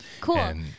cool